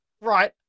Right